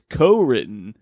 co-written